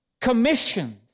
commissioned